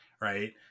right